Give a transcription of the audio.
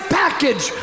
package